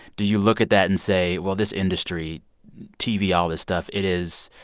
do you look at that and say, well, this industry tv, all this stuff it is